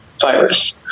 virus